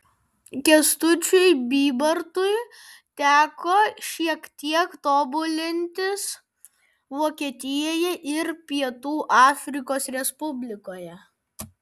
kęstučiui bybartui teko šiek tiek tobulintis vokietijoje ir pietų afrikos respublikoje